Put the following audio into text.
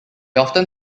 often